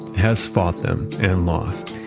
hess fought them and lost,